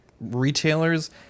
retailers